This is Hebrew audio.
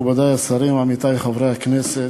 מכובדי השרים, עמיתי חברי הכנסת,